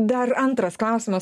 dar antras klausimas